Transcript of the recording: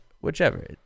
whichever